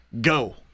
Go